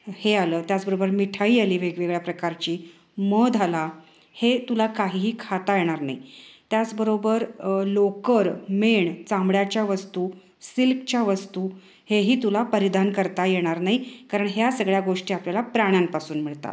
हे आलं त्याचबरोबर मिठाई आली वेगवेगळ्या प्रकारची मध आला हे तुला काहीही खाता येणार नाही त्याचबरोबर लोकर मेण चांबड्याच्या वस्तू सिल्कच्या वस्तू हेही तुला परिधान करता येणार नाही कारण ह्या सगळ्या गोष्टी आपल्याला प्राण्यांपासून मिळतात